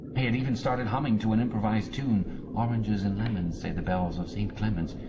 he had even started humming to an improvised tune oranges and lemons say the bells of st. clement's,